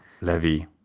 levy